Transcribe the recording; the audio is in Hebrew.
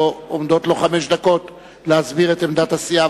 עומדות לו חמש דקות להסביר את עמדת הסיעה.